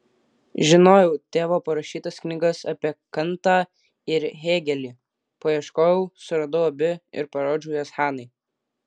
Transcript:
žinojau tėvo parašytas knygas apie kantą ir hėgelį paieškojau suradau abi ir parodžiau jas hanai